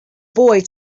boy